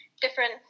different